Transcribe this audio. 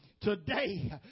Today